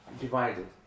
divided